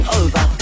over